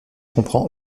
comprend